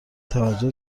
توجه